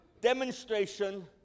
demonstration